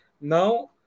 Now